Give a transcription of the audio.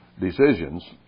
decisions